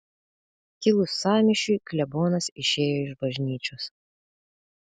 kilus sąmyšiui klebonas išėjo iš bažnyčios